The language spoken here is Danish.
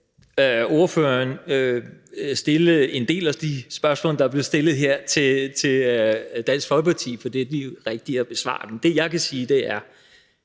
Stampe om at stille en del af de spørgsmål, der er blevet stillet her, til Dansk Folkeparti, for de er de rigtige til at besvare dem. Det, jeg kan sige, er,